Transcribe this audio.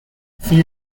فری